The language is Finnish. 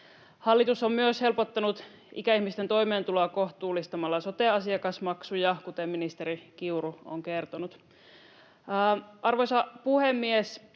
Hallitus on myös helpottanut ikäihmisten toimeentuloa kohtuullistamalla sote-asiakasmaksuja, kuten ministeri Kiuru on kertonut. Arvoisa puhemies!